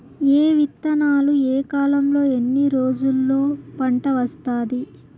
ఏ విత్తనాలు ఏ కాలంలో ఎన్ని రోజుల్లో పంట వస్తాది?